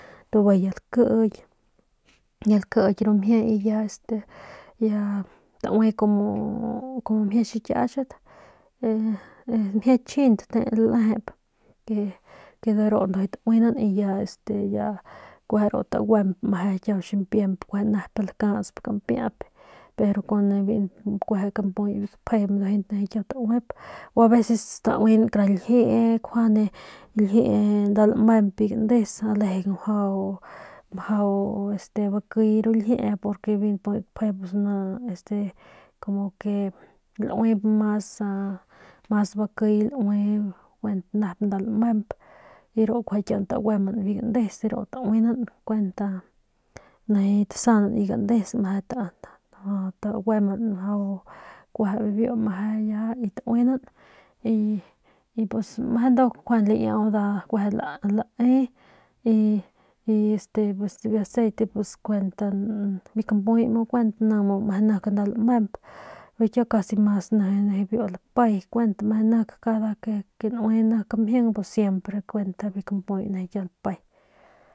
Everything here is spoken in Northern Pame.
Y bijiy ya lakiky ya lakiky ru mjie y ya este ya taue como mjie xikiach mjie tchjint te lejep ke de ru ndujuy tauinan ke ya este ya kue de ru taguemp meje de ru ximpiemp nep lakasp pero kueje kampuy gapje nijiy kiau tauep o aveces tauen kara ljiee ljiee nda lamemp biu gandes lejeng mjau bakiy ru ljee porque biu npuy gapje como ke tauip mas bakiy laue kuent nep lamemp y de ru kiauguan taguemban biu gandes tauenan kuent nijiy tasandat biu gandes taguemban bibiu meje ya y tainan y pues meje nduk laiau nda lae y este y biu aceite pues kuent biu kampuy ni muu kuent meje nep nda lamemp pus kiau mas nijiy biu lapay kuent meje nik cada ke nue kin mjing pues siempre kuent biu kampuy nijiy kiau lapay.